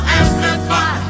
amplify